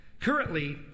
Currently